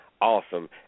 awesome